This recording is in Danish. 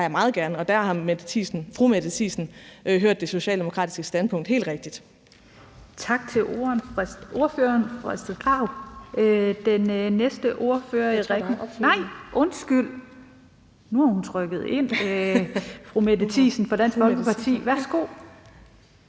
og der har fru Mette Thiesen hørt det socialdemokratiske standpunkt helt rigtigt.